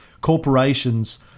Corporations